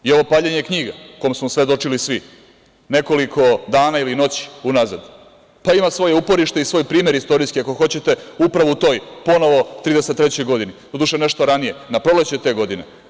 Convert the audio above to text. I ovo paljenje knjiga kome smo svedočili svi, nekoliko dana ili noći unazad, pa ima svoje uporište i svoj primer istorijski ako hoćete upravo u toj ponovo 1933. godini, do duše nešto ranije, na proleće te godine.